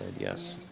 yes.